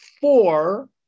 four